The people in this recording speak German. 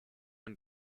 und